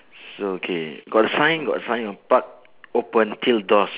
so okay got sign got sign on park open till dusk